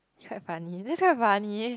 he's quite funny this is quite funny